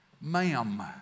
ma'am